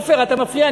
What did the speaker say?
עפר, אתה מפריע.